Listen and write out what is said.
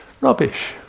Rubbish